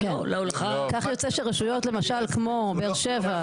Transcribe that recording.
כך יוצא שברשויות למשל כמו באר שבע,